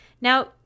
Now